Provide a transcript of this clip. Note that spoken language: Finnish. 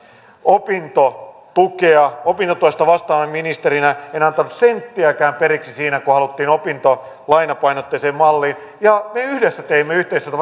opintotukea opintotuesta vastaavana ministerinä en antanut senttiäkään periksi siinä kun haluttiin opintolainapainotteiseen malliin ja me yhdessä teimme yhteistyötä